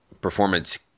performance